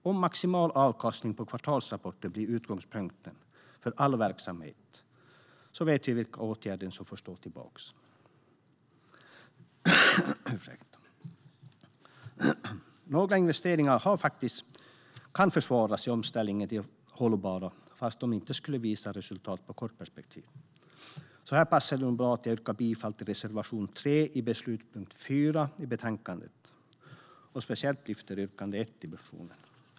Om maximal avkastning på kvartalsrapporter blir utgångspunkten för all verksamhet vet vi vilka åtgärder som får stå tillbaka. Några investeringar kan faktiskt försvaras i omställningen till det hållbara fast de inte skulle visa resultat på kort sikt. Här passar det bra att jag yrkar bifall till reservation 3, beslutspunkt 4 i betänkandet, och särskilt lyfter yrkande 1 i motionen.